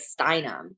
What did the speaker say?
Steinem